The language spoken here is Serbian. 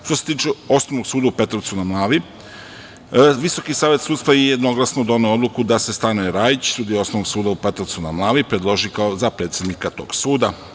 Što se tiče Osnovnog suda u Petrovcu na Mlavi, Visoki savet sudstva je jednoglasno doneo odluku da se Stanoje Rajić, sudija Osnovnog suda u Petrovcu na Mlavi, predloži za predsednika tog suda.